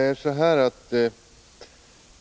Fru talman!